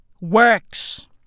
works